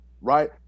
right